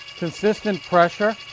consistent pressure.